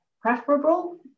preferable